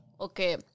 Okay